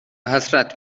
حسرت